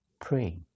Pray